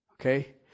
Okay